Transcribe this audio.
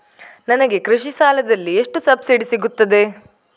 ನನಗೆ ಕೃಷಿ ಸಾಲದಲ್ಲಿ ಎಷ್ಟು ಸಬ್ಸಿಡಿ ಸೀಗುತ್ತದೆ?